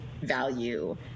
value